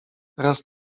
teraz